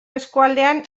eskualdean